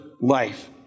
life